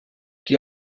qui